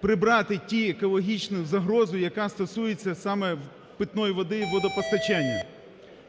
прибрати ту екологічну загрозу, яка стосується саме питної води і водопостачання.